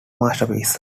masterpiece